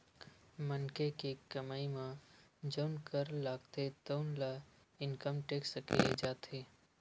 मनखे के कमई म जउन कर लागथे तउन ल इनकम टेक्स केहे जाथे